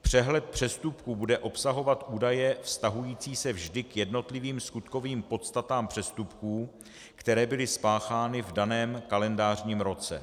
Přehled přestupků bude obsahovat údaje vztahující se vždy k jednotlivým skutkovým podstatám přestupků, které byly spáchány v daném kalendářním roce.